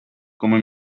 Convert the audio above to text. como